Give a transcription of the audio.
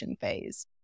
phase